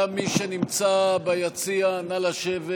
גם מי שנמצא ביציע, נא לשבת.